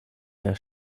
der